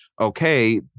okay